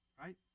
right